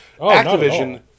Activision